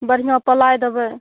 बढ़िऑं प्लाइ देबै